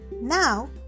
Now